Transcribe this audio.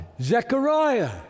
Zechariah